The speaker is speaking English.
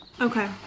Okay